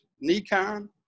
Nikon